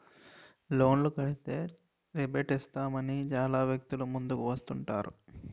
లోన్లు కడితే రేబేట్ ఇస్తామని చాలా వ్యక్తులు ముందుకు వస్తుంటారు